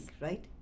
right